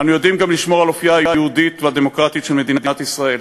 אנו יודעים גם לשמור על אופייה היהודי והדמוקרטי של מדינת ישראל.